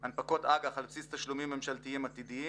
4. הנפקות אג"ח על בסיס תשלומים ממשלתיים עתידיים.